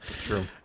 True